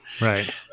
Right